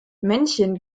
männchen